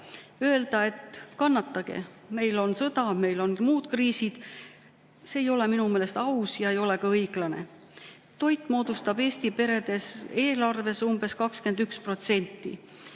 Öelda, et kannatage, sest meil on sõda ja meil on muud kriisid, ei ole minu meelest aus ja õiglane. Toit moodustab Eesti perede eelarvest umbes 21%.